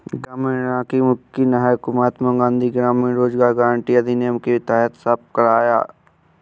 ग्रामीण इलाके की नहर को महात्मा गांधी ग्रामीण रोजगार गारंटी अधिनियम के तहत साफ करवाया